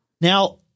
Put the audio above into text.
Now